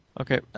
Okay